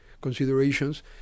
considerations